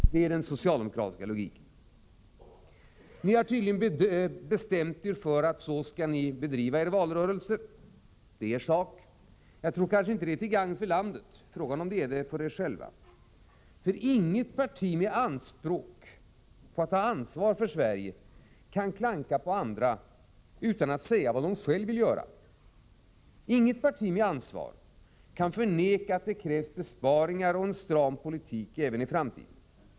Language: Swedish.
Det är den socialdemokratiska logiken. Socialdemokraterna har tydligen bestämt sig för att driva sin valrörelse på detta sätt. Det är er sak. Jag tror inte att det är till gagn för landet — frågan är om det är till gagn för er själva. Inget parti med anspråk på att ta ansvar för Sverige kan klanka på andra utan att säga vad partiet självt vill göra. Inget parti med ansvarskänsla kan förneka att det krävs besparingar och en stram politik även i framtiden.